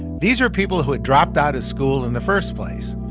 these were people who had dropped out of school in the first place.